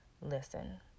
Listen